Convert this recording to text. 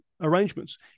arrangements